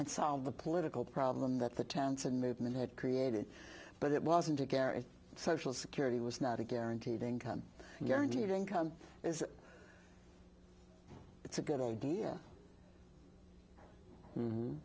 that solve the political problem that the towns and movement had created but it wasn't a garret social security was not a guaranteed income guaranteed income is it's a good idea